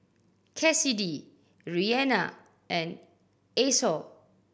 Kassidy Reanna and Esau